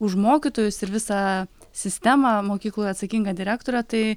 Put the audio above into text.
už mokytojus ir visą sistemą mokykloje atsakinga direktorė tai